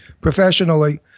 professionally